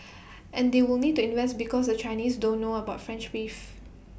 and they will need to invest because the Chinese don't know about French beef